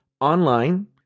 online